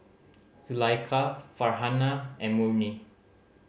Zulaikha Farhanah and Murni